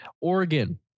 Oregon